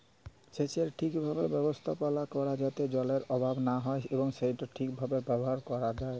সেচের ঠিকভাবে ব্যবস্থাপালা ক্যরা যাতে জলের অভাব লা হ্যয় এবং সেট ঠিকভাবে ব্যাভার ক্যরা হ্যয়